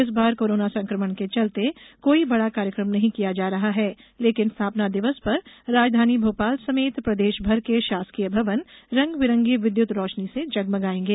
इस बार कोरोना संक्रमण के चलते कोई बड़ा कार्यक्रम नहीं किया जा रहा है लेकिन स्थापना दिवस पर राजधानी भोपाल समेत प्रदेशभर के शासकीय भवन रंग बिरंगी विद्युत रोशनी से जगमगायेंगे